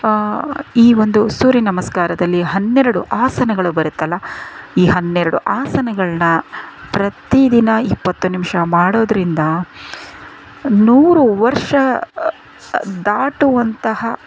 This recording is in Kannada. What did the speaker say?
ಈ ಒಂದು ಸೂರ್ಯ ನಮಸ್ಕಾರದಲ್ಲಿ ಹನ್ನೆರಡು ಆಸನಗಳು ಬರತ್ತಲ್ಲ ಈ ಹನ್ನೆರಡು ಆಸನಗಳನ್ನ ಪ್ರತಿದಿನ ಇಪ್ಪತ್ತು ನಿಮಿಷ ಮಾಡೋದ್ರಿಂದ ನೂರು ವರ್ಷ ದಾಟುವಂತಹ